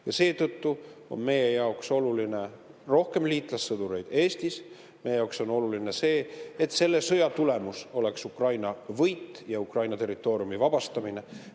Seetõttu on meie jaoks oluline rohkem liitlassõdureid Eestis. Meie jaoks on oluline see, et selle sõja tulemus oleks Ukraina võit ja Ukraina territooriumi vabastamine,